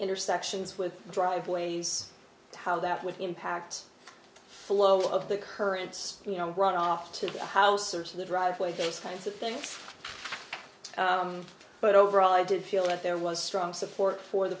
intersections with driveways how that would impact the flow of the currents you know run off to the house or to the driveway those kinds of things but overall i did feel that there was strong support for the